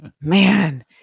man